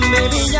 Baby